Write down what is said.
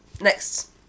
Next